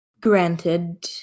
granted